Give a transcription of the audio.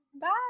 Bye